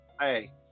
hey